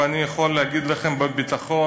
ואני יכול להגיד לכם בביטחון,